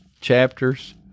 chapters